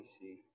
see